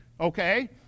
okay